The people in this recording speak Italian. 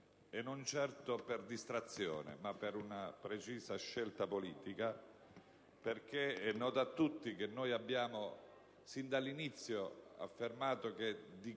non certo per distrazione ma per una precisa scelta politica, perché è noto a tutti che abbiamo sin dall'inizio affermato che